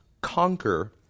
conquer